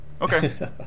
Okay